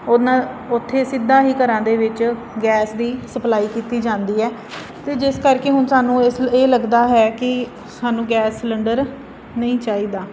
ਉਹਨਾਂ ਉੱਥੇ ਸਿੱਧਾ ਹੀ ਘਰਾਂ ਦੇ ਵਿੱਚ ਗੈਸ ਦੀ ਸਪਲਾਈ ਕੀਤੀ ਜਾਂਦੀ ਹੈ ਅਤੇ ਜਿਸ ਕਰਕੇ ਹੁਣ ਸਾਨੂੰ ਇਸ ਇਹ ਲੱਗਦਾ ਹੈ ਕਿ ਸਾਨੂੰ ਗੈਸ ਸਲੰਡਰ ਨਹੀਂ ਚਾਹੀਦਾ